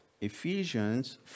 Ephesians